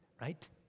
right